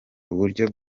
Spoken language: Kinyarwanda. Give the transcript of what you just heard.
uburyo